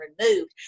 removed